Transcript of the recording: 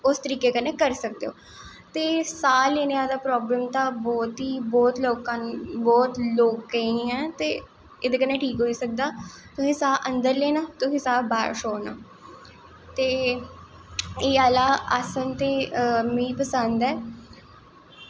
उस तरीके कन्नैं करी सकदे हो ते साह लैनें दी प्रावलम तां बौह्त लोकें गी ऐ ते एह्दे कन्नैं ठीक होई सकदा तुसें सहा अन्दर लैनां तुसें साह बाह्र शोड़नां ते एह् आह्ला आसन ते मिगी पसंद ऐ